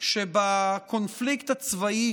שבקונפליקט הצבאי,